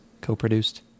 co-produced